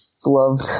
Gloved